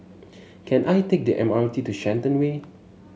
can I take the M R T to Shenton Way